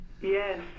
yes